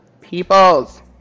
peoples